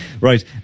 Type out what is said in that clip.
Right